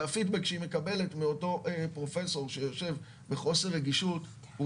והפידבק שהיא מקבלת מאותו פרופ' שיושב בחוסר רגישות הוא